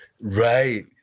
right